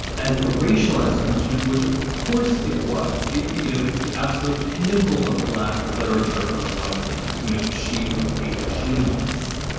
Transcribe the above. as a racialized accomplishment, which, of course, it was. you know, it's the absolute pinnacle of black literature. on the one hand, you know, she was a genius,